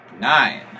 nine